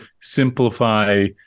simplify